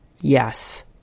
Yes